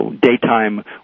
daytime